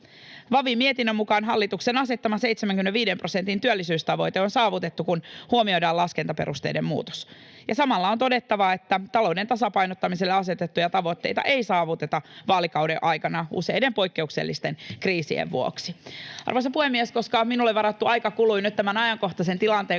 VaVin mietinnön mukaan hallituksen asettama 75 prosentin työllisyystavoite on saavutettu, kun huomioidaan laskentaperusteiden muutos. Samalla on todettava, että talouden tasapainottamiselle asetettuja tavoitteita ei saavuteta vaalikauden aikana useiden poikkeuksellisten kriisien vuoksi. Arvoisa puhemies! Koska minulle varattu aika kului nyt tämän ajankohtaisen tilanteen